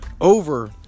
Over